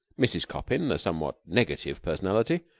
mrs. coppin, a somewhat negative personality,